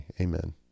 Amen